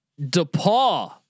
DePaul